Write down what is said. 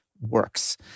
works